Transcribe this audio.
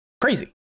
crazy